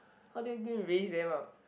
how do you going to raise them up